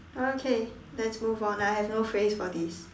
okay let's move on I have no phrase for this